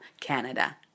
Canada